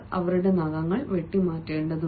അവരുടെ നഖങ്ങൾ വെട്ടിമാറ്റേണ്ടതുണ്ട്